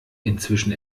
inzwischen